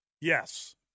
Yes